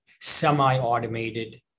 semi-automated